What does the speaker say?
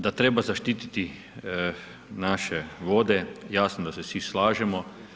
Da treba zaštiti naše vode, jasno da se svi slažemo.